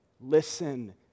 Listen